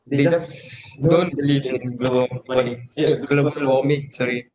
they just don't believe in global warming ya global warming sorry